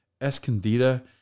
Escondida